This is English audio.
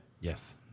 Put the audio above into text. Yes